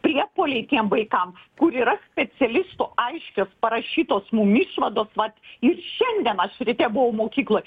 priepuoliai tiem vaikam kur yra specialistų aiškios parašytos mum išvados vat ir šiandien aš ryte buvau mokykloj